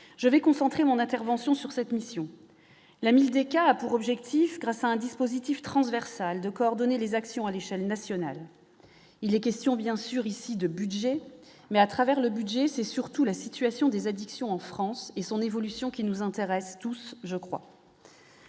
je vais concentrer mon intervention sur cette mission, la 1000 des cas a pour objectif, grâce à un dispositif transversales, de coordonner les actions à l'échelle nationale, il est question bien sûr ici de budget mais à travers le budget, c'est surtout la situation des addictions en France et son évolution qui nous intéressent tous je crois.